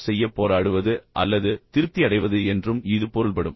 போர் செய்ய போராடுவது அல்லது திருப்தி அடைவது என்றும் இது பொருள்படும்